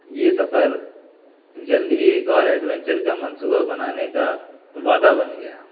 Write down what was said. یہ سفر جلد ہی ایک اور ایڈوینچرس کا منصوبہ بنانے کا وعدہ بن گیا